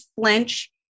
flinch